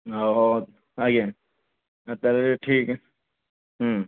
ହଉ ଆଜ୍ଞା ତା'ହେଲେ ଠିକ୍